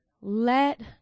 Let